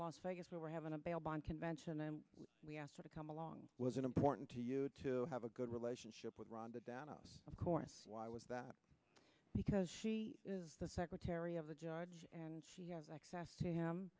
las vegas we were having a bail bond convention and we asked her to come along was it important to you to have a good relationship with rhonda data of course why was that because she is the secretary of the judge and she has access to him